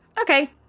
Okay